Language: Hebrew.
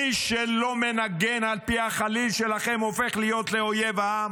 מי שלא מנגן על פי החליל שלכם הופך להיות אויב העם?